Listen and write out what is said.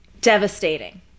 devastating